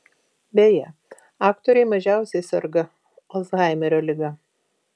beje aktoriai mažiausiai serga alzhaimerio liga